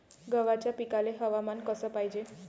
गव्हाच्या पिकाले हवामान कस पायजे?